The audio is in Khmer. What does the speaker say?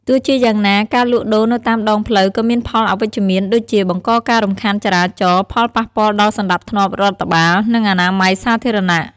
ទោះជាយ៉ាងណា ការលក់ដូរនៅតាមដងផ្លូវក៏មានផលអវិជ្ជមានដូចជា បង្កការរំខានចរាចរណ៍ ផលប៉ះពាល់ដល់សណ្តាប់ធ្នាប់រដ្ឋបាល និងអនាម័យសាធារណៈ។